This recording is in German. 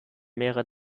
mehrere